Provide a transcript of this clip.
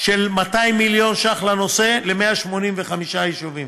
של 200 מיליון ש"ח לנושא ל-185 יישובים.